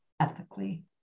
ethically